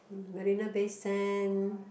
Marina Bay Sand